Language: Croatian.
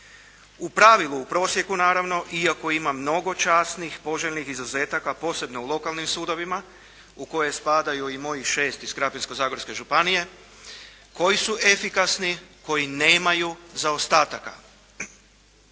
U pravilu, u prosjeku, naravno, iako ima mnogo časnih, poželjnih izuzetaka, posebno u lokalnim sudovima u koje spadaju i moji 6 iz Krapinsko-zagorske županije koji su efikasni, koji nemaju zaostataka.